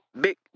Big